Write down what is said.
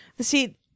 see